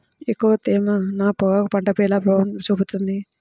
ఎక్కువ తేమ నా పొగాకు పంటపై ఎలా ప్రభావం చూపుతుంది?